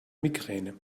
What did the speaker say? migräne